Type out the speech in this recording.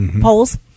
polls